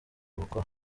gukora